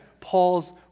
Paul's